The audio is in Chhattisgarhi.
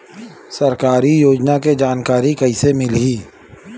सरकारी योजना के जानकारी कइसे मिलही?